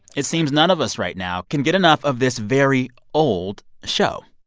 it seems none of us right now can get enough of this very old show.